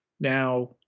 Now